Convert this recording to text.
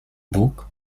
bug